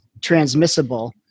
transmissible